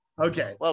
Okay